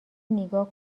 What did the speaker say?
نیگا